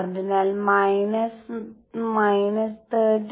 അതിനാൽ മൈനസ് −13